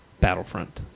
Battlefront